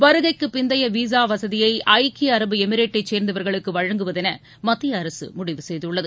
வருகைக்குப் பிந்தைய விசா வசதி ஐக்கிய அரபு எமிரெட்டைச் சேர்ந்தவர்களுக்கு வழங்குவதென மத்திய அரசு முடிவு செய்துள்ளது